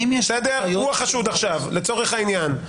הוא החשוד עכשיו, לצורך העניין.